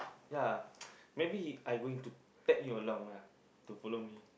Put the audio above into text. ya maybe I going to tag you along to follow me